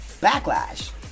backlash